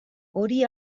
hori